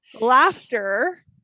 laughter